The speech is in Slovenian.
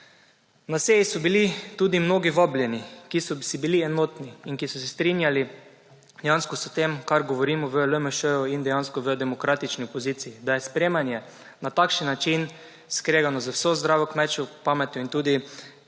Na seji so bili tudi mnogi vabljeni, ki so si bili enotni in ki so se strinjali dejansko s tem kar govorimo v LMŠ in dejansko v demokratični opoziciji, da je sprejemanje na takšen način skregano z vso zdravo kmečko pametjo in tudi